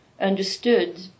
understood